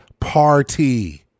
party